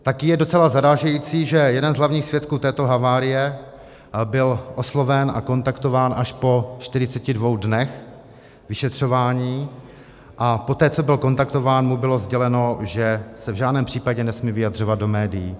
Také je docela zarážející, že jeden z hlavních svědků této havárie byl osloven a kontaktován až po 42 dnech vyšetřování, a poté co byl kontaktován, mu bylo sděleno, že se v žádném případě nesmí vyjadřovat do médií.